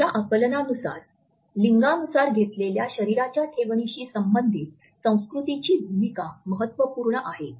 आमच्या आकलनानुसार लिंगानुसार घेतलेल्या शरीराची ठेवणीशी संबंधित संस्कृतीची भूमिका महत्त्वपूर्ण आहे